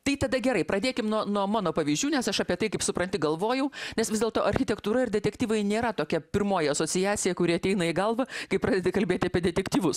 tai tada gerai pradėkim nuo nuo mano pavyzdžių nes aš apie tai kaip supranti galvojau nes vis dėlto architektūra ir detektyvai nėra tokia pirmoji asociacija kuri ateina į galvą kai pradedi kalbėti apie detektyvus